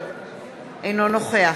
אינו נוכח